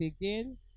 again